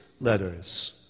letters